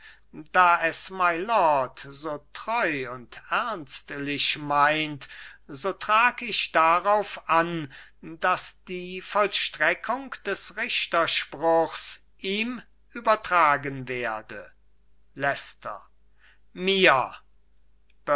da es mylord so treu und ernstlich meint so trag ich darauf an daß die vollstreckung des richterspruchs ihm übertragen werde leicester mir